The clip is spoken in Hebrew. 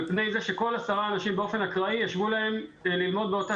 על פני זה שכל 10 אנשים באופן אקראי יישבו ללמוד באותה